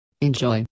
Enjoy